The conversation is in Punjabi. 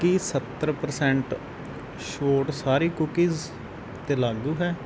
ਕੀ ਸੱਤਰ ਪਰਸੈਂਟ ਛੋਟ ਸਾਰੀ ਕੂਕੀਜ਼ 'ਤੇ ਲਾਗੂ ਹੈ